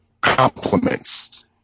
compliments